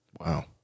Wow